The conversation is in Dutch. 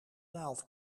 naald